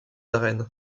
arènes